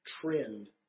trend